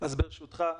אז ברשותך,